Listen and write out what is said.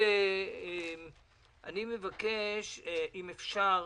אני מבקש, אם אפשר,